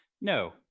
No